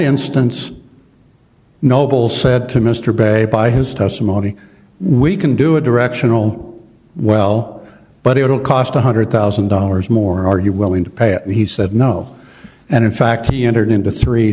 instance noble said to mr bay by his testimony we can do a directional well but it will cost one hundred thousand dollars more are you willing to pay it and he said no and in fact he entered into three